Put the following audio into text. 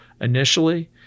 initially